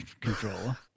controller